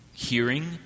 Hearing